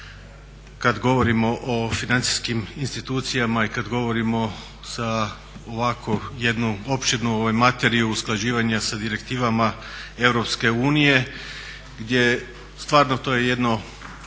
kad govorimo o financijskim institucijama i kad govorimo sa ovako jednu opširnu materiju, usklađivanje sa direktivama Europske unije gdje stvarno to je jedno